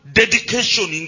dedication